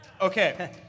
Okay